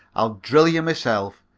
i'll drill ye myself.